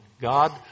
God